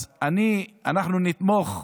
אנחנו נתמוך,